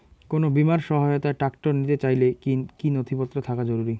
কোন বিমার সহায়তায় ট্রাক্টর নিতে চাইলে কী কী নথিপত্র থাকা জরুরি?